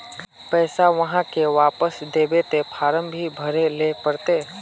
पैसा आहाँ के वापस दबे ते फारम भी भरें ले पड़ते?